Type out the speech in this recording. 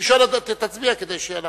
נא להצביע, כדי שנקבע.